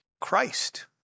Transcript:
Christ